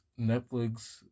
Netflix